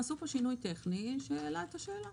לא, הם עשו פה שינוי טכני שהעלה את השאלה.